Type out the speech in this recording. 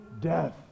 death